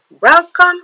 Welcome